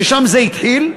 ששם זה התחיל,